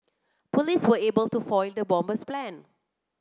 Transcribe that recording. police were able to foil the bomber's plan